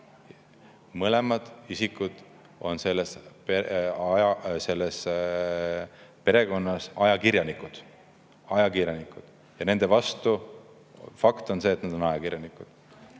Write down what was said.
Mõlemad isikud on selles perekonnas ajakirjanikud, fakt on see, et nad on ajakirjanikud